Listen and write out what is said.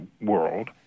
world